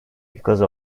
because